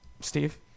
steve